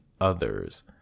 others